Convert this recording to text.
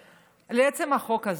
לעצם החוק הזה: